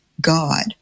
God